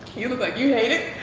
you look like you hate it.